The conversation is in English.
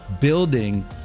building